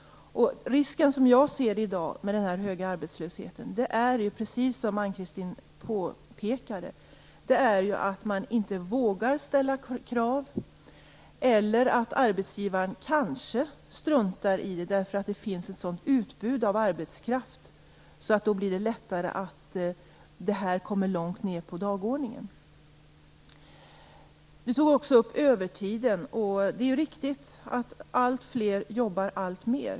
Som jag ser det i dag är risken med den höga arbetslösheten, precis som Ann-Kristine Johansson påpekade, att man inte vågar ställa krav eller att arbetsgivaren kanske struntar i kraven därför att det finns ett så stort utbud av arbetskraft. Det gör att frågan lättare hamnar långt ned på dagordningen. Ann-Kristine Johansson tog också upp frågan om övertiden. Det stämmer att alltfler jobbar alltmer.